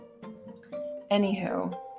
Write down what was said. Anywho